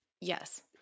yes